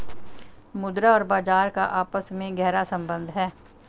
मुद्रा और बाजार का आपस में गहरा सम्बन्ध है